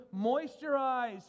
moisturize